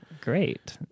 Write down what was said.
Great